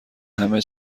همه